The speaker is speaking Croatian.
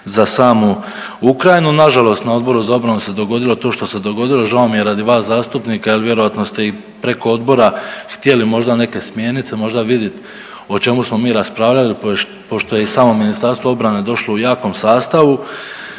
za samu Ukrajinu. Na žalost, na Odboru za obranu se dogodilo to što se dogodilo. Žao mi je radi vas zastupnika, jer vjerojatno ste i preko odbora htjeli možda neke smjernice možda vidit o čemu smo mi raspravljali pošto je i samo Ministarstvo obrane došlo u jakom sastavu.